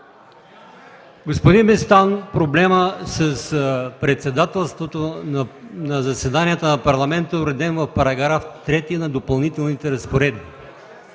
Господин Местан, проблемът с председателството на заседанията на Парламента е уреден в § 3 на Допълнителните разпоредби.